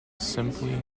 simply